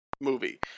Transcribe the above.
movie